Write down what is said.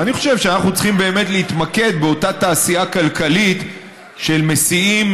ואני חושב שאנחנו צריכים באמת להתמקד באותה תעשייה כלכלית של מסיעים,